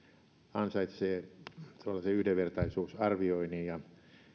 ansaitsee tuollaisen yhdenvertaisuusarvioinnin ja